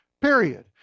period